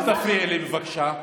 אל תפריעי לי בבקשה.